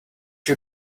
you